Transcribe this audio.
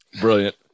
Brilliant